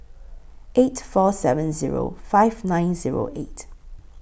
eight four seven Zero five nine Zero eight